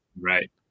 Right